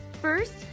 First